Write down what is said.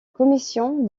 commission